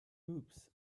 oops